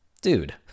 dude